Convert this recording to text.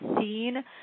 seen